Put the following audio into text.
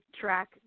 track